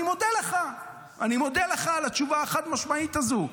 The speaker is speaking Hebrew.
אני מודה לך על התשובה החד-משמעית הזו.